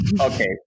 okay